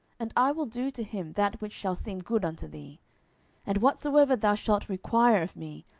and i will do to him that which shall seem good unto thee and whatsoever thou shalt require of me,